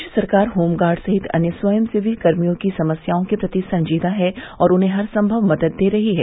प्रदेश सरकार होमगार्ड सहित अन्य स्वयं सेवी कर्मियों की समस्याओं के प्रति संजीदा है और उन्हें हर संमव मदद दे रही है